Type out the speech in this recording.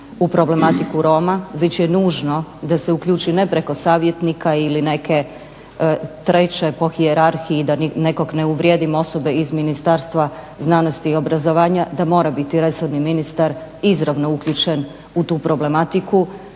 u problematiku Roma već je nužno da se uključi ne preko savjetnika ili neke treće po hijerarhiji da nekog ne uvrijedim osobe iz Ministarstva znanosti i obrazovanja da mora biti resorni ministar izravno uključen u tu problematiku,